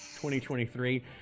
2023